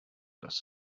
dass